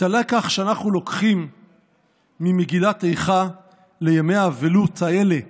הלקח שאנחנו לוקחים ממגילת איכה לימי האבלות האלה מחר,